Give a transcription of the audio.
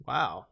Wow